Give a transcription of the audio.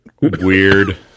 Weird